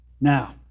now